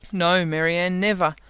no, marianne, never.